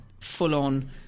full-on